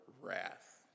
wrath